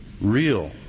real